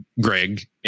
Greg